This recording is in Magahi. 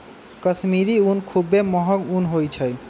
कश्मीरी ऊन खुब्बे महग ऊन होइ छइ